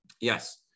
Yes